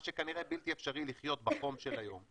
מה שכנראה בלתי אפשרי לחיות בחום של היום,